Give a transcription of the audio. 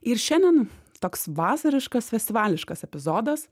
ir šiandien toks vasariškas festivališkas epizodas